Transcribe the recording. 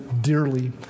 dearly